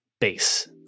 base